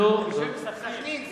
בשם סח'נין.